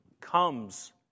comes